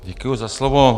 Děkuji za slovo.